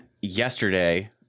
yesterday